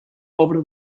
obra